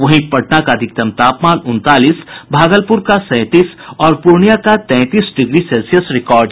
वहीं पटना का अधिकतम तापमान उनतालीस भागलपुर का सैंतीस और पूर्णियां का तैंतीस डिग्री सेल्सियस रिकॉर्ड किया गया